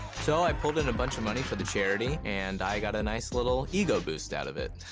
so i pulled in a bunch of money for the charity, and i got a nice, little ego boost out of it.